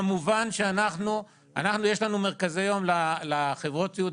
כמובן שאנחנו יש לנו מרכזי יום לחברות הסיעוד,